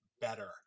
better